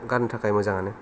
गाननो थाखाय मोजां आनो